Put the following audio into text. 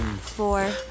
four